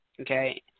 okay